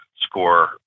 score